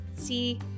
see